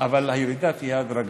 אבל הירידה תהיה הדרגתית.